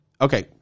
okay